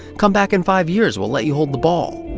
come back in five years, we'll let you hold the ball.